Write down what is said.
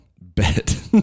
Bet